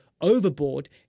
overboard